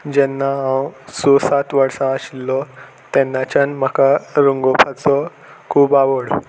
जेन्ना हांव स सात वर्सां आशिल्लो तेन्नाच्यान म्हाका रंगोवपाचो खूब आवड